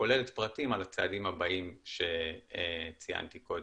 וכוללת פרטים על הצעדים הבאים שציינתי קודם.